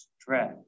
Stress